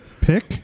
Pick